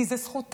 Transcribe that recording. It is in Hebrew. כי זו זכותם.